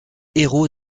héros